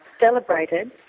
celebrated